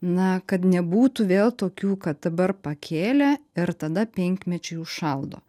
na kad nebūtų vėl tokių kad dabar pakėlė ir tada penkmečiui užšaldo